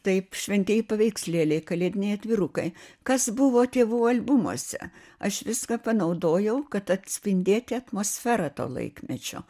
taip šventieji paveikslėliai kalėdiniai atvirukai kas buvo tėvų albumuose aš viską panaudojau kad atspindėti atmosferą to laikmečio